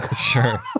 Sure